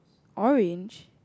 orange